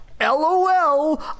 LOL